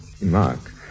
Mark